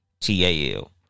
T-A-L